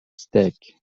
stick